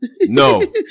No